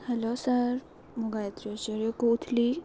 hello sir ମୁଁ ଗାୟତ୍ରୀ ଆଚାର୍ଯ୍ୟ କହୁଥିଲି